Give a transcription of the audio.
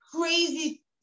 crazy